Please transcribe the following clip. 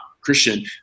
Christian